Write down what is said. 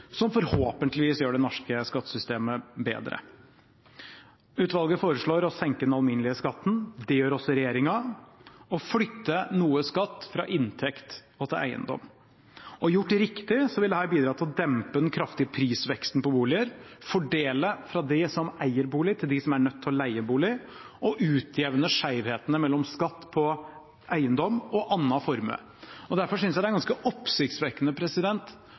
som forhåpentligvis gjør det norske skattesystemet bedre. Utvalget foreslår å senke den alminnelige skatten – det gjør også regjeringen – og flytte noe skatt fra inntekt og til eiendom. Gjort riktig vil dette bidra til å dempe den kraftige prisveksten på boliger, fordele fra dem som eier bolig, til dem som er nødt til å leie bolig, og utjevne skjevhetene mellom skatt på eiendom og annen formue. Derfor synes jeg det er ganske oppsiktsvekkende